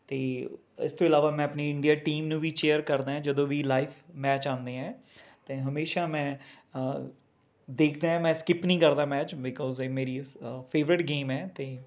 ਅਤੇ ਇਸ ਤੋ ਇਲਾਵਾ ਮੈਂ ਆਪਣੀ ਇੰਡੀਆ ਟੀਮ ਨੂੰ ਵੀ ਚੇਅਰ ਕਰਦਾ ਹੈ ਜਦੋਂ ਵੀ ਲਾਈਵ ਮੈਚ ਆਉਂਦੇ ਹੈ ਤੇ ਹਮੇਸ਼ਾ ਮੈਂ ਦੇਖਦਾ ਹੈ ਮੈਂ ਸਕਿੱਪ ਨਹੀਂ ਕਰਦਾ ਮੈਚ ਬੀਕੌਜ਼ ਇਹ ਮੇਰੀ ਫੇਵਰੇਟ ਗੇਮ ਹੈ ਅਤੇ